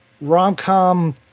rom-com